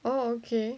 oh okay